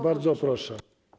Bardzo proszę.